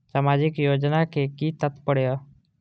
सामाजिक योजना के कि तात्पर्य?